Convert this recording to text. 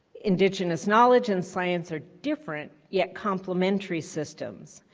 indigenous knowledge and science are different yet complement three systems.